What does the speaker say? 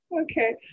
Okay